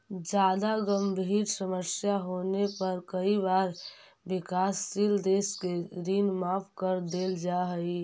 जादा गंभीर समस्या होने पर कई बार विकासशील देशों के ऋण माफ कर देल जा हई